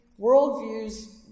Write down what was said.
worldviews